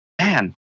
man